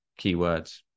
keywords